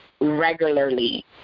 regularly